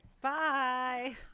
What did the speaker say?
Bye